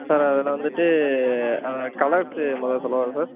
sir அதில் வந்துட்டு colours முதல்ல சொல்லவா சார்